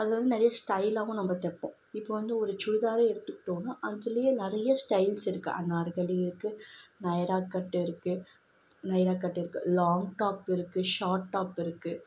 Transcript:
அதில் வந்து நெறைய ஸ்டையிலாவும் நம்ம தைப்போம் இப்போ வந்து ஒரு சுடிதாரே எடுத்துக்கிட்டோம்ன்னா அதுலேயே நிறைய ஸ்டைய்ல்ஸ் இருக்குது அனார்கலி இருக்குது நைராகட் இருக்குது நைரா கட் இருக்குது லாங் டாப் இருக்குது ஷார்ட் டாப்பு இருக்குது